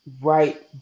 right